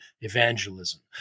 evangelism